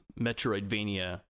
Metroidvania